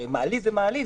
הרי מעלית זאת מעלית,